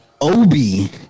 Obi